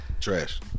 Trash